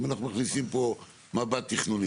אם אנחנו מכניסים פה מבט תכנוני,